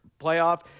playoff